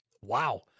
Wow